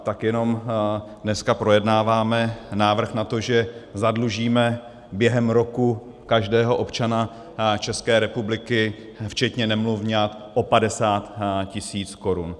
Tak jenom, dneska projednáváme návrh na to, že zadlužíme během roku každého občana České republiky, včetně nemluvňat, o 50 tisíc korun.